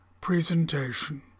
presentation